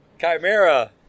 Chimera